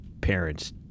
parents